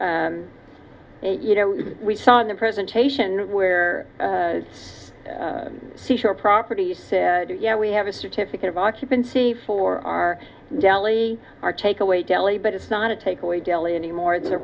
you know we saw in the presentation where seashore properties yeah we have a certificate of occupancy for our deli our takeaway deli but it's not a takeaway deli any more than the